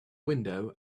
window